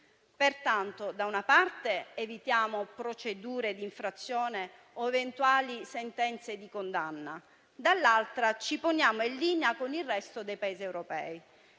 Pertanto, da una parte evitiamo procedure di infrazione o eventuali sentenze di condanna; dall'altra, ci poniamo in linea con il resto dei Paesi europei,